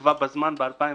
בתקווה בזמן, ב-2020.